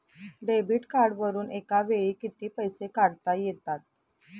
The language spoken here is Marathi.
डेबिट कार्डवरुन एका वेळी किती पैसे काढता येतात?